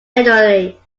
elderly